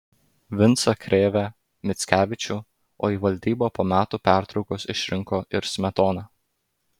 vincą krėvę mickevičių o į valdybą po metų pertraukos išrinko ir smetoną